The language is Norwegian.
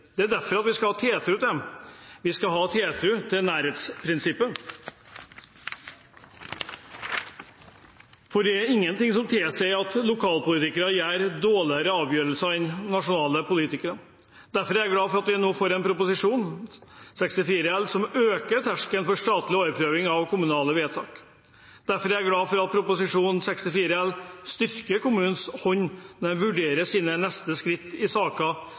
Det er derfor vi skal ha tiltro til dem; vi skal ha tiltro til nærhetsprinsippet, for det er ingenting som tilsier at lokalpolitikere tar dårligere avgjørelser enn nasjonalpolitikere. Derfor er jeg glad for at vi nå har fått Prop. 64 L, som øker terskelen for statlig overprøving av kommunale vedtak. Derfor er jeg glad for at Prop. 64 L styrker kommunenes hånd når de vurderer sine neste skritt i